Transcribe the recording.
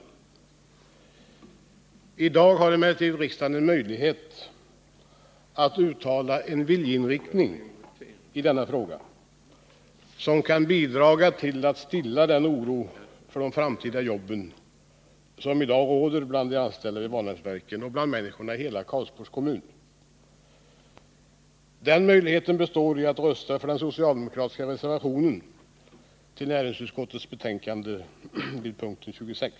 mentets verksam I dag har emellertid riksdagen en möjlighet att i denna fråga uttala en — hetsområde viljeinriktning som kan bidraga till att stilla den oro för de framtida jobben vilken i dag råder bland de anställda vid Vanäsverken och bland människorna i hela Karlsborgs kommun. Denna möjlighet består i att rösta för den socialdemokratiska reservationen 2 vid näringsutskottets betänkande, punkt 26.